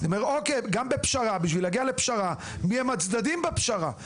אבל גם כדי להגיע לפשרה מיהם הצדדים בפשרה?